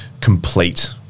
complete